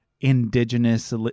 indigenous